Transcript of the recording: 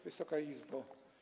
Wysoka Izbo!